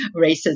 racism